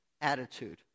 attitude